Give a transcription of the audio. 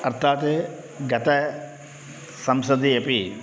अर्थात् गतसंसदि अपि